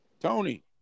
Tony